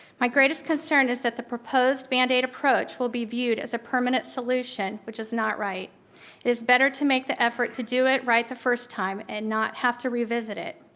my greatest concern is that the proposed band-aid approach will be viewed as a permanent solution, which is not right. it is better to make the effort to do it right the first time, and not have to revisit it.